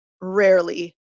rarely